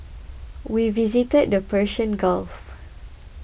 we visited the Persian Gulf